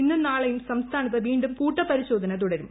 ഇന്നും നാളെയും സംസ്ഥാനത്ത് വീണ്ടും കൂട്ടപ്പരിശോധന തുടരും